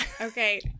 Okay